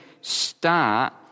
start